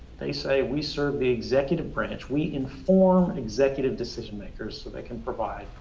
they say we serve the executive branch, we inform executive decision-makers so they can provide,